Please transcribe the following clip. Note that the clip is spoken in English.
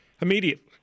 immediately